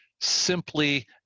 simply